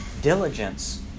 Diligence